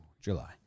July